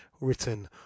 written